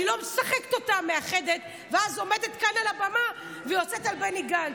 אני לא משחקת אותה מאחדת ואז עומדת כאן על הבמה ויוצאת על בני גנץ.